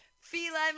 Feline